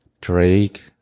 Drake